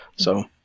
so,